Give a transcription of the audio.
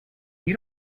you